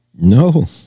No